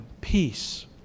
peace